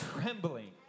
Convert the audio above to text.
trembling